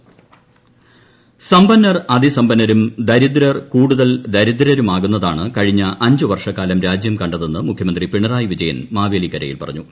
പിണറായി വിജയൻ ആലപ്പുഴ സമ്പന്നർ അതിസമ്പന്നരും ദരിദ്രർ കൂടുതൽ ദരിദ്രരുമാകുന്നതാണ് കഴിഞ്ഞ അഞ്ച് വർഷക്കാലം രാജ്യം കണ്ടെതെന്ന് മുഖ്യമന്ത്രി പിണറായി വിജയൻ മാവേലിക്കരയിൽ പറഞ്ഞു